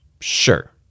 Sure